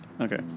Okay